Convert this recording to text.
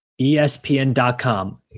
ESPN.com